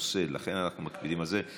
לכן אנחנו מקפידים על זה.